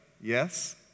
Yes